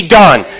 done